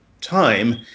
time